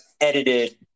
edited